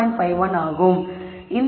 51 ஆகும்